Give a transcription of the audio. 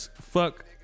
fuck